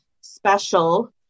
special